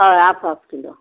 हय half half kilo